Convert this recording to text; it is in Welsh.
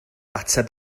ateb